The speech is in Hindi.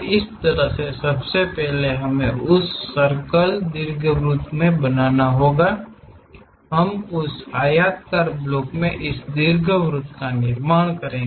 तो इसी तरह सबसे पहले हमें उस सर्कल को दीर्घवृत्त में बनाना होगा ताकि हम उस आयताकार ब्लॉक पर इस दीर्घवृत्त का निर्माण करें